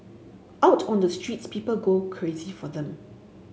out on the streets people go crazy for them